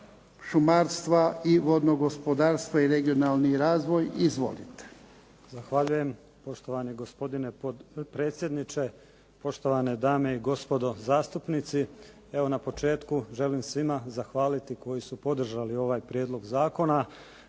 šumarstva i vodnog gospodarstva i regionalni razvoj, izvolite. **Krmek, Zdravko** Zahvaljujem, poštovani gospodine potpredsjedniče, poštovane dame i gospodo zastupnici. Evo na početku želim svima zahvaliti koji su podržali ovaj prijedlog zakona